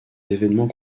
événements